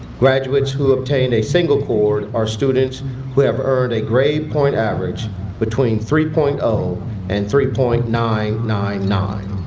graduates who obtained a single cord are students who have earned a grade point average between three point zero and three point nine nine nine.